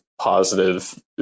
positive